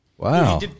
Wow